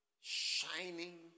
shining